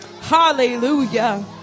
hallelujah